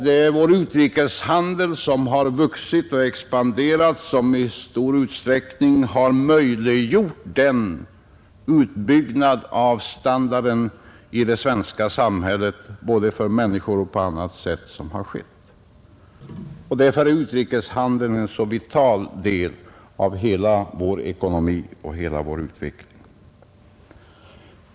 Det är vår utrikeshandel, som har vuxit och expanderat, som i stor utsträckning har möjliggjort den utbyggnad av standarden i det svenska samhället som har skett. Därför är utrikeshandeln en så vital del av hela vår ekonomi och så betydelsefull för vår utveckling.